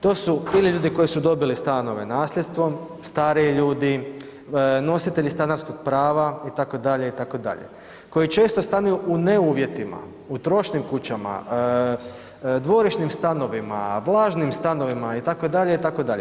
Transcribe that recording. To su ili ljudi koji su dobili stanove nasljedstvom, stariji ljudi, nositelji stanarskog prava itd., itd., koji često stanuju u neuvjetima, trošnim kućama, dvorišnim stanovima, vlažnim stanovima itd., itd.